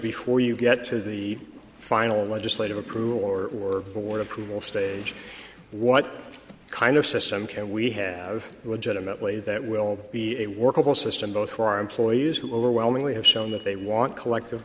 before you get to the final legislative approval or what approval stage what kind of system can we have legitimately that will be a workable system both for our employees who overwhelmingly have shown that they want collective